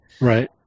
Right